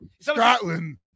Scotland